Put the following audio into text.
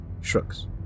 shrugs